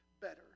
better